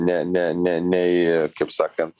ne ne ne nei kaip sakant